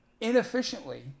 inefficiently